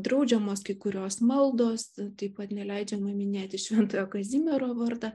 draudžiamos kai kurios maldos taip pat neleidžiama minėti šventojo kazimiero vardą